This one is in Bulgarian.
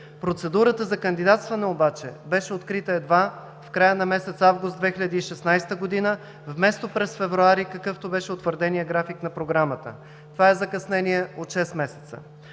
Процедурата за кандидатстване обаче беше открита едва в края на месец август 2016 г. вместо през месец февруари, какъвто беше утвърденият график на Програмата. Това е закъснение от 6 месеца.